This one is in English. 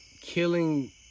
killing